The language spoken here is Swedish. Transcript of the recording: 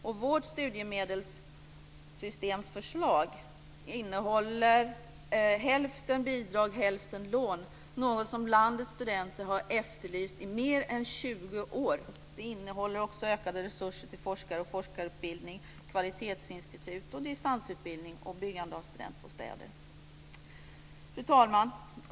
Och vårt förslag till studiemedelssystem innebär hälften bidrag och hälften lån, något som landets studenter har efterlyst i mer än 20 år. Det innehåller också ökade resurser till forskare och forskarutbildning, kvalitetsinstitut, distansutbildning och byggande av studentbostäder. Fru talman!